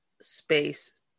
space